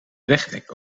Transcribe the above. wegdek